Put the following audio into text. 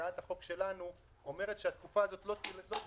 הצעת החוק שלנו אומרת שחצי השנה הזאת לא תיספר